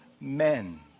men